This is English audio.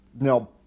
now